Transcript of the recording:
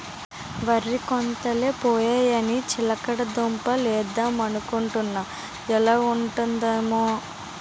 వరి కోతలై పోయాయని చిలకడ దుంప లేద్దమనుకొంటున్నా ఎలా ఉంటదంటావ్?